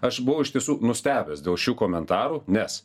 aš buvau iš tiesų nustebęs dėl šių komentarų nes